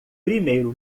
primeiro